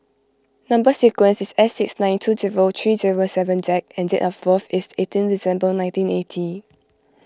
Number Sequence is S six nine two zero three zero seven Z and date of birth is eighteen December nineteen eighty